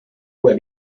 uue